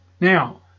Now